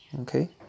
Okay